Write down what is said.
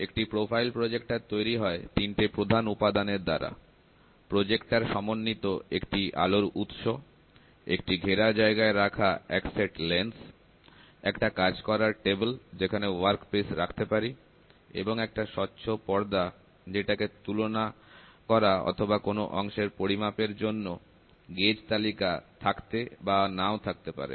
একটি profile projector তৈরি হয় তিনটে প্রধান উপাদানের দ্বারা প্রজেক্টর সমন্বিত একটা আলোর উৎস একটি ঘেরা জায়গায় রাখা এক সেট লেন্স একটা কাজ করার টেবিল যেখানে ওয়ার্ক পিস রাখতে পারি এবং একটা স্বচ্ছ পর্দা যেটাতে তুলনা করা অথবা কোন অংশের পরিমাপের জন্য গেজ তালিকা থাকতে বা নাও থাকতে পারে